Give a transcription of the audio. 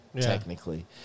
technically